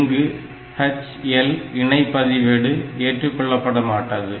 இங்கு HL இணை பதிவேடு ஏற்றுக்கொள்ளப்படமாட்டாது